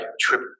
trip